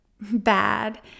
bad